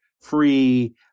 free